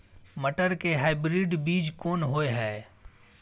मटर के हाइब्रिड बीज कोन होय है?